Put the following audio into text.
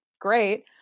great